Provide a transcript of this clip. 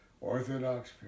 orthodox